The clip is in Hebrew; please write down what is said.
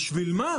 בשביל מה?